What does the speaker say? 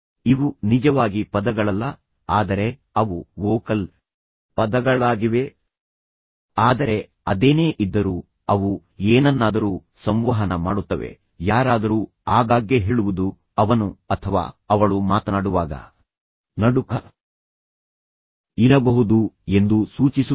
ಇವು ನಿಜವಾಗಿ ಪದಗಳಲ್ಲ ಆದರೆ ಅವು ವೋಕಲ್ ಪದಗಳಾಗಿವೆ ಆದರೆ ಅದೇನೇ ಇದ್ದರೂ ಅವು ಏನನ್ನಾದರೂ ಸಂವಹನ ಮಾಡುತ್ತವೆ ಯಾರಾದರೂ ಆಗಾಗ್ಗೆ ಹೇಳುವುದು ಅವನು ಅಥವಾ ಅವಳು ಮಾತನಾಡುವಾಗ ನಡುಕ ಇರಬಹುದು ಎಂದು ಸೂಚಿಸುತ್ತದೆ